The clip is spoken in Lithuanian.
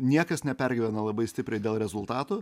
niekas nepergyvena labai stipriai dėl rezultatų